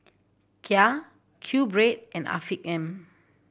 Kia QBread and Afiq M